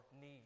need